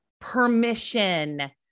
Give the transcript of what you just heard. permission